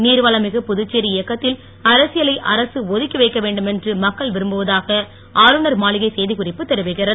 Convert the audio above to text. நீர்வளம் மிகு புதுச்சேரி இயக்கத்தில் அரசியலை அரசு ஒதுக்கி வைக்க வேண்டுமென்று மக்கள் விரும்புவதாக ஆளுநர் மாளிகை செய்திக்குறிப்பு தெரிவிக்கிறது